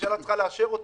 הממשלה צריכה לאשר אותו,